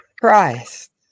Christ